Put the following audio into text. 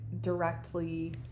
directly